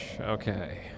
Okay